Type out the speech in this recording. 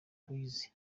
boys